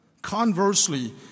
Conversely